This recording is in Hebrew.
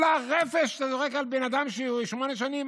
כל הרפש שאתה זורק על בן אדם שהוא שמונה שנים,